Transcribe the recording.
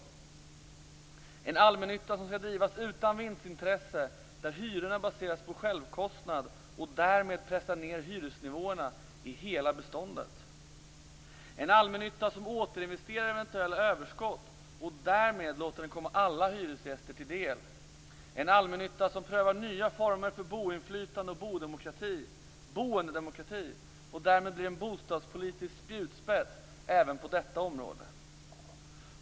Det krävs en allmännytta som skall drivas utan vinstintresse, där hyrorna baseras på självkostnad, och därmed pressar ned hyresnivåerna i hela beståndet. Det krävs en allmännytta som återinvesterar eventuella överskott och därmed låter dem komma alla hyresgäster till del. Det krävs en allmännytta som prövar nya former för boinflytande och boendedemokrati och därmed blir en bostadspolitisk spjutspets även på detta område.